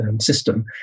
system